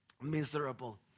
miserable